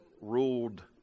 ruled